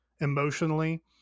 emotionally